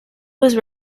was